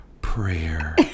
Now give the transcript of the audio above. Prayer